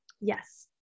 Yes